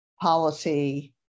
policy